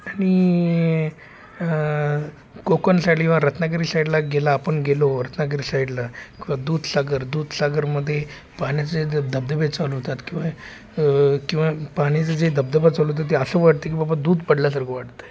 आणि कोकण साईडला किंवा रत्नागिरी साईडला गेला आपण गेलो रत्नागिरी साईडला किंवा दूधसागर दूधसागरमध्ये पाण्याचे द धबधबे चालवतात किंवा किंवा पाण्याचे जे धबधबा चालवतात ते असं वाटते की बाबा दूध पडल्यासारखं वाटतं आहे